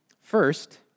First